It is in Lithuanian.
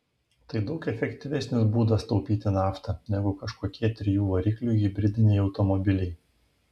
tai daug efektyvesnis būdas taupyti naftą negu kažkokie trijų variklių hibridiniai automobiliai